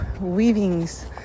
weavings